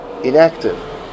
inactive